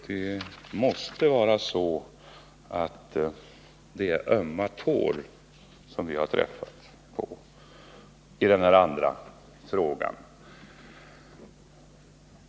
Det måste vara ömma tår som vi här har trampat på.